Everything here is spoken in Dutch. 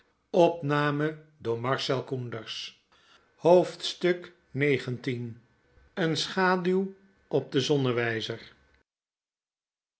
eene schaduw op den